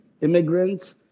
immigrants